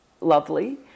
lovely